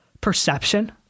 perception